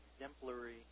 exemplary